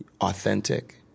authentic